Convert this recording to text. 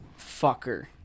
Fucker